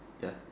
ya